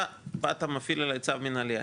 אתה באמת והפעלת עליי צו מנהלי.